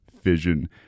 fission